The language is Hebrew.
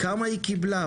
כמה היא קיבלה,